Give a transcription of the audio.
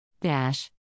dash